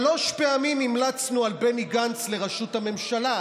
שלוש פעמים המלצנו על בני גנץ לראשות הממשלה.